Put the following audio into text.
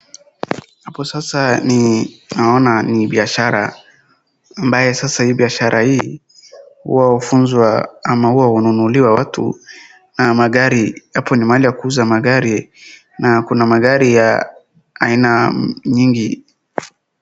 Hapo sasa naona ni biashara ambaye sasa biashara hii huwa wafunwa au huwa wanunuliwa watu na magari. Hapo ni mahali ya kuuza magari na kuna magari ya aina nyingi.